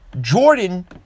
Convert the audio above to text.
Jordan